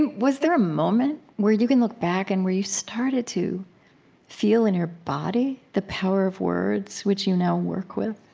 and was there a moment where you can look back and where you started to feel in your body, the power of words, which you now work with?